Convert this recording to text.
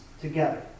together